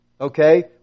Okay